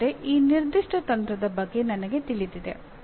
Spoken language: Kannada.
ಅಂದರೆ ಈ ನಿರ್ದಿಷ್ಟ ತಂತ್ರದ ಬಗ್ಗೆ ನನಗೆ ತಿಳಿದಿದೆ